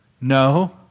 No